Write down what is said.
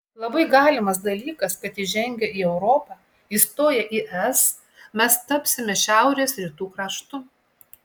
labai galimas dalykas kad įžengę į europą įstoję į es mes tapsime šiaurės rytų kraštu